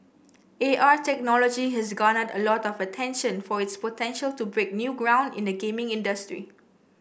A R technology has garnered a lot of attention for its potential to break new ground in the gaming industry